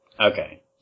Okay